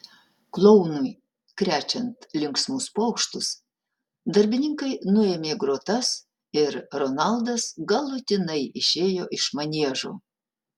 klounui krečiant linksmus pokštus darbininkai nuėmė grotas ir ronaldas galutinai išėjo iš maniežo